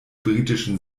britischen